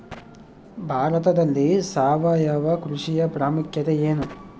ಭಾರತದಲ್ಲಿ ಸಾವಯವ ಕೃಷಿಯ ಪ್ರಾಮುಖ್ಯತೆ ಎನು?